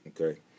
Okay